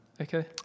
Okay